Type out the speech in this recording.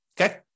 Okay